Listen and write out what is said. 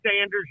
Sanders